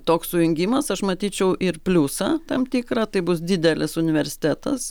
toks sujungimas aš matyčiau ir pliusą tam tikrą tai bus didelis universitetas